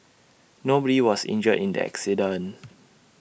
nobody was injured in the accident